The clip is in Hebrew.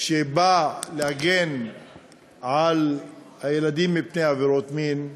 שנועד להגן על הילדים מפני עבירות מין,